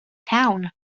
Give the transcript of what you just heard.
town